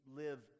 live